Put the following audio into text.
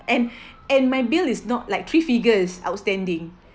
and and my bill is not like three figures outstanding